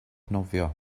nofio